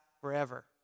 forever